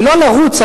ולא לרוץ,